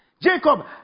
Jacob